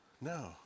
no